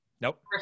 Nope